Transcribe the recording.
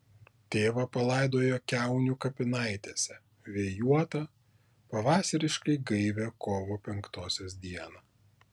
tėvą palaidojo kiaunių kapinaitėse vėjuotą pavasariškai gaivią kovo penktosios dieną